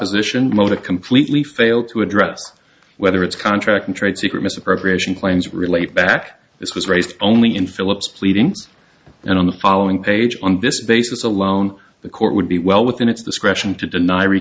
opposition mota completely fail to address whether its contract and trade secret misappropriation claims relate back this was raised only in philip's pleadings and on the following page on this basis alone the court would be well within its discretion to deny re